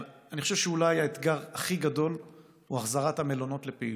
אני חושב שאולי האתגר הכי גדול הוא החזרת המלונות לפעילות.